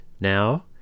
Now